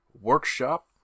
workshop